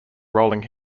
rolling